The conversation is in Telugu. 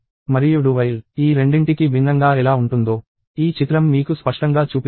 మరియు do while ఈ రెండింటికి భిన్నంగా ఎలా ఉంటుందో ఈ చిత్రం మీకు స్పష్టంగా చూపిస్తుంది